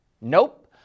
Nope